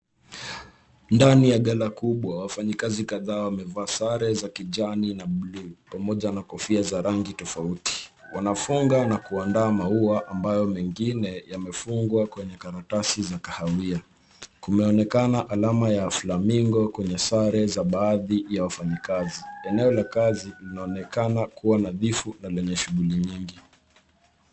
Ndani ya gala kubwa, wafanyikazi kadhaa wamevaa sare za kijani na bluu pamoja na kofia za rangi tofauti. Wanafungaa na kuandaa maua ambayo mengine yamefungwa kwenye karatasi za kahawia. Kumeonekana alama ya flamingo kwenye sare za baadhi ya wafanyikazi. Eneo la kazi linaonekana kuwa nadhifu na lenye shughuli nyingi.